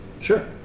Sure